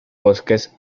bosques